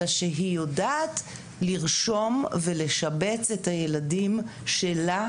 אלא שהיא יודעת לרשום ולשבץ את הילדים שלה,